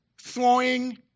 throwing